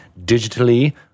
digitally